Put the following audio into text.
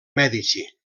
mèdici